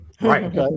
Right